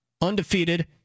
Undefeated